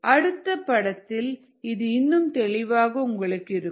அடுத்த படத்தில் இது இன்னும் தெளிவாக இருக்கும்